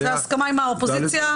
זו הסכמה עם האופוזיציה.